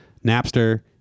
Napster